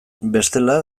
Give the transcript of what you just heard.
bestela